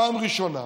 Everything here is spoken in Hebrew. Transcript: פעם ראשונה,